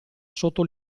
sotto